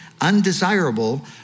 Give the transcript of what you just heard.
undesirable